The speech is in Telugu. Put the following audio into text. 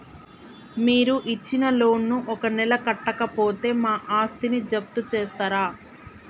మీరు ఇచ్చిన లోన్ ను ఒక నెల కట్టకపోతే మా ఆస్తిని జప్తు చేస్తరా?